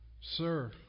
Sir